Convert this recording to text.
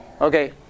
Okay